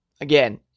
again